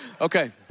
Okay